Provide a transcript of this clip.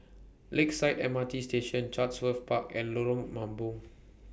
Lakeside M R T Station Chatsworth Park and Lorong Mambong